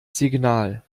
signal